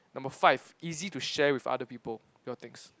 number five easy to share with other people your things